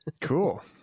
Cool